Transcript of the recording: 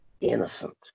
innocent